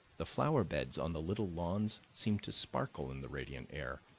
the flower beds on the little lawns seemed to sparkle in the radiant air,